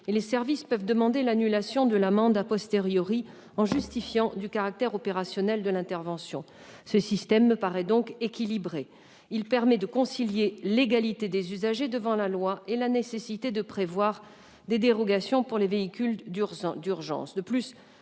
et les services peuvent demander l'annulation de l'amende en justifiant du caractère opérationnel de l'intervention. Ce système est équilibré. Il permet de concilier l'égalité des usagers devant la loi et la nécessité de prévoir des dérogations pour les véhicules d'urgence.